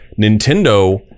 Nintendo